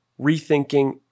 rethinking